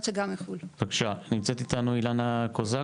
נמצאת איתנו אילנה קוזק.